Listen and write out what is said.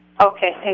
Okay